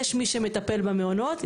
יש מי שמטפל במעונות,